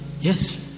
yes